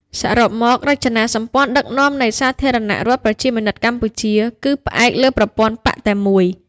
សរុបមក រចនាសម្ព័ន្ធដឹកនាំនៃសាធារណរដ្ឋប្រជាមានិតកម្ពុជាគឺផ្អែកលើប្រព័ន្ធបក្សតែមួយ។